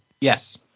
Yes